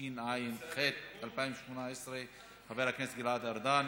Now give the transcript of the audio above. התשע"ח 2018. חבר הכנסת גלעד ארדן,